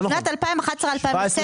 לא נכון, 17'-18'